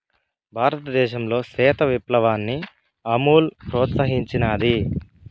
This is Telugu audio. భారతదేశంలో శ్వేత విప్లవాన్ని అమూల్ ప్రోత్సహించినాది